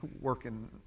working